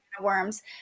worms